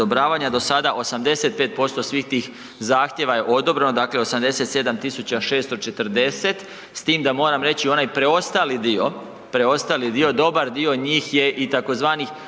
do sada 85% svih tih zahtjeva je odobreno, dakle 87640 s tim da moram reći onaj preostali dio, preostali dio, dobar dio njih je tzv.